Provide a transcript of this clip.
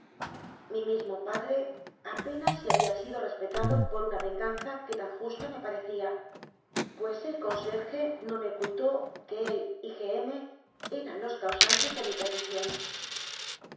mi mismo padre apenas si había sido respetado por una venganza que tan justa me parecía pues el conserje no me ocultó que él y g m eran los causantes de mi